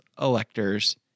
electors